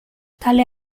tale